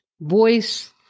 voice